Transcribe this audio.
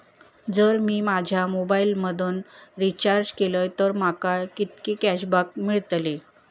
जर मी माझ्या मोबाईल मधन रिचार्ज केलय तर माका कितके कॅशबॅक मेळतले?